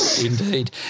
Indeed